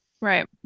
Right